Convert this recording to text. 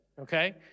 okay